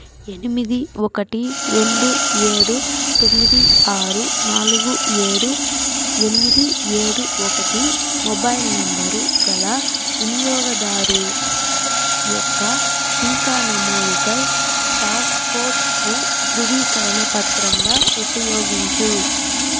ఎనిమిది ఒకటి రెండు ఏడు తొమ్మిది ఆరు నాలుగు ఏడు ఎనిమిది ఏడు ఒకటి మొబైల్ నంబరు గల వినియోగదారు యొక్క టీకా నమోదుకై పాస్పోర్ట్ను ధృవీకరణ పత్రంగా ఉపయోగించు